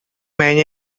many